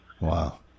Wow